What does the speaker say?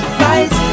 fight